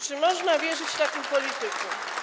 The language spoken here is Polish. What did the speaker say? Czy można wierzyć takim politykom?